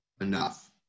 enough